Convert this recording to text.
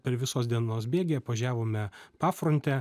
per visos dienos bėgyje važiavome pafrontę